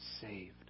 saved